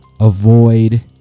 avoid